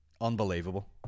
Unbelievable